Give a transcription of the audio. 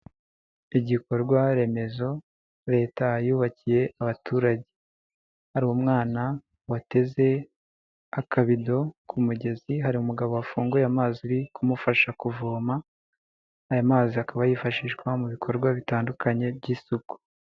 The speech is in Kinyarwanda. Igikorwa Remezo Leta yubakiye abaturage. Hari umwana wateze akabido ku mugezi, hari umugabo wafunguye amazi uri kumufasha kuvoma, aya mazi akaba yifashishwa mu bikorwa bitandukanye by'isuku.